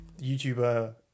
YouTuber